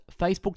Facebook